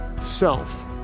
self